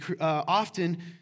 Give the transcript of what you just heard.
Often